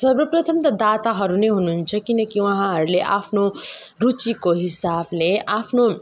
सर्वप्रथम त दाताहरू नै हुनु हुन्छ किनकि उहाँहरूले आफ्नो रुचिको हिसाबले आफ्नो